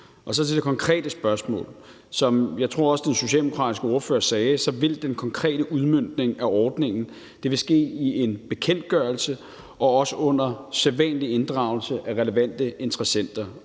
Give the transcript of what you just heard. Så til det konkrete spørgsmål. Som jeg også tror den socialdemokratiske ordfører sagde, vil den konkrete udmøntning af ordningen ske i en bekendtgørelse og også under sædvanlig inddragelse af relevante interessenter.